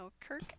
Kirk